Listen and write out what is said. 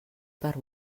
per